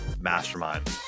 mastermind